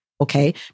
okay